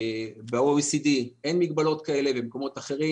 ב-OECD אין מגבלות כאלה במקומות אחרים.